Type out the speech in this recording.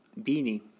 beanie